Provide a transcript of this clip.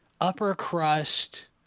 upper-crust